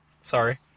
Sorry